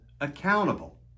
accountable